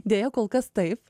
deja kol kas taip